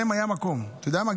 גם אם היה מקום, אתה יודע מה?